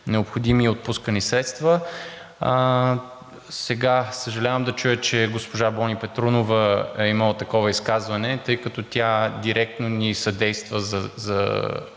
необходими и отпускани средства. Съжалявам да чуя, че госпожа Бони Петрунова е имала такова изказване, тъй като тя директно ни съдейства